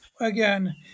again